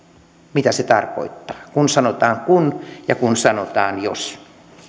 mitä se tarkoittaa kun sanotaan kun ja kun sanotaan jos